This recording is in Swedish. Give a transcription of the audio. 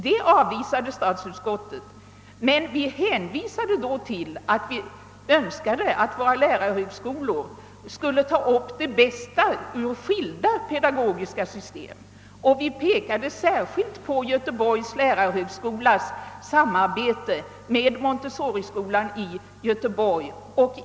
Detta förslag avvisades av statsutskottet, men vi hänvisade då till att vi önskade att våra lärarhögskolor skulle ta upp det bästa ur skilda pedagogiska system och pekade särskilt på Göteborgs lärarhögskolas samarbete med montessoriskolan i Göteborg.